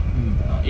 mm